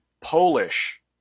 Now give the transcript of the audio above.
Polish